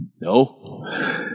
no